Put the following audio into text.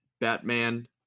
Batman